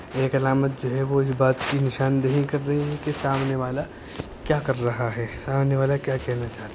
ایک علامت جو ہے وہ اس بات کی نشان دہی کر رہی ہے کہ سامنے والا کیا کر رہا ہے آنے والا کیا کہنا چاہتا ہے